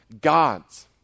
gods